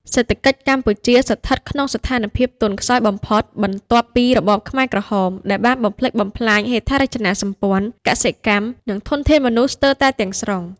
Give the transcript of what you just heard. សេដ្ឋកិច្ចកម្ពុជាស្ថិតក្នុងស្ថានភាពទន់ខ្សោយបំផុតបន្ទាប់ពីរបបខ្មែរក្រហម ដែលបានបំផ្លិចបំផ្លាញហេដ្ឋារចនាសម្ព័ន្ធ កសិកម្ម និងធនធានមនុស្សស្ទើរតែទាំងស្រុង ។